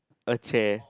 a chair